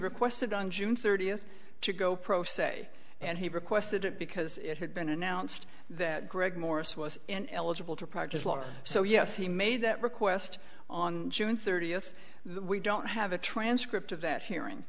requested on june thirtieth to go pro se and he requested it because it had been announced that greg morse was in eligible to practice law so yes he made that request on june thirtieth we don't have a transcript of that hearing